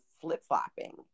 flip-flopping